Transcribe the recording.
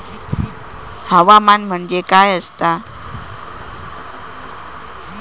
हवामान म्हणजे काय असता?